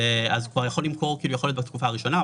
הוא יכול למכור כביכול בתקופה הראשונה.